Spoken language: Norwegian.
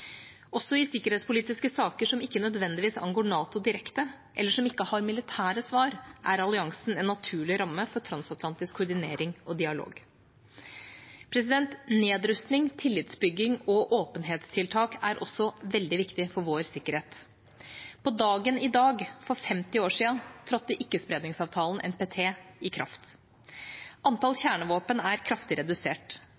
Også i sikkerhetspolitiske saker som ikke nødvendigvis angår NATO direkte, eller som ikke har militære svar, er alliansen en naturlig ramme for transatlantisk koordinering og dialog. Nedrustning, tillitsbygging og åpenhetstiltak er også veldig viktig for vår sikkerhet. På dagen i dag, for 50 år siden, trådte ikkespredningsavtalen, NPT, i kraft. Antall